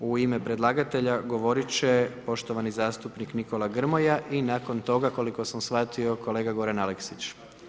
U ime predlagatelja govoriti će poštovani zastupnik Nikola Grmoja i nakon toga, koliko sam shvatio, kolega Goran Aleksić.